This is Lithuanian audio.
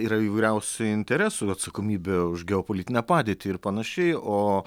yra įvairiausių interesų ir atsakomybė už geopolitinę padėtį ir panašiai o